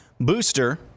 Booster